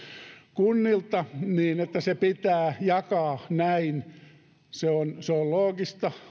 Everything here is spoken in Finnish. kunnilta niin se pitää jakaa näin se on se on loogista